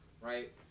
right